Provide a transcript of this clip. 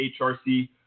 HRC